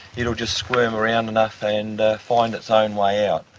you know just squirm around enough and find its own way out.